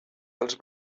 els